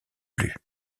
plus